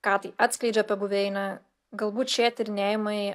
ką tai atskleidžia apie buveinę galbūt šie tyrinėjimai